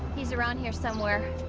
he's around here somewhere.